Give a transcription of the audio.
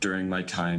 במחנות הקיץ,